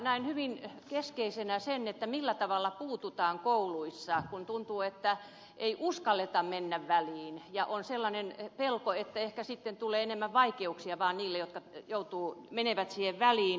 näen hyvin keskeisenä sen millä tavalla puututaan kouluissa kiusaamiseen kun tuntuu että ei uskalleta mennä väliin ja on sellainen pelko että ehkä sitten tulee enemmän vaikeuksia vaan niille jotka menevät siihen väliin